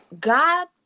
God